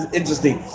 interesting